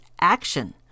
action